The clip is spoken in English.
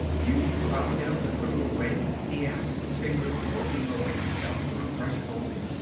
you've found them, the criminal ring? he asked, his fingers groping over his scalp for a fresh hold.